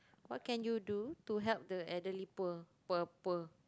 what can you do to help the elderly poor poor poor